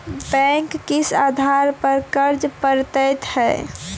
Bank किस आधार पर कर्ज पड़तैत हैं?